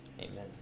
Amen